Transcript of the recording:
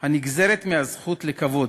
הנגזרת מהזכות לכבוד,